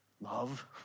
love